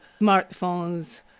smartphones